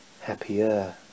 happier